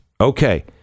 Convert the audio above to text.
Okay